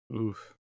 Oof